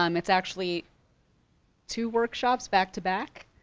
um it's actually two workshops back-to-back.